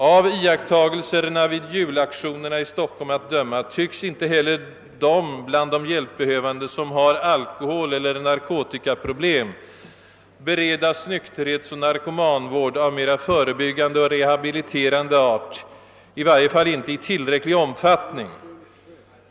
Av iakttagelserna vid julaktionerna i Stockholm att döma tycks inte heller de bland de hjälpbehövande som har alkoholeller narkotikaproblem beredas nykterhetsoch narkomanvård av mera förebyggande och rehabiliterande art, i varje fall inte i tillräcklig omfattning.